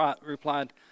replied